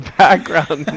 background